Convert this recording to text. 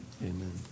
Amen